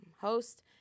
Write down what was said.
host